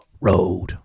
road